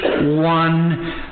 one